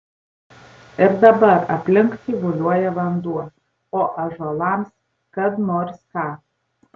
ir dabar aplink tyvuliuoja vanduo o ąžuolams kad nors ką